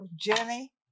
Jenny